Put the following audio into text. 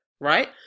Right